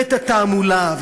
ואת התעמולה,